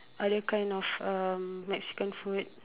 other kind of um Mexican food